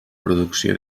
producció